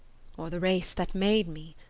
or the race that made me?